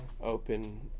open